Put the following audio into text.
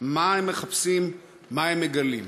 4. מה הם מחפשים ומה הם מגלים?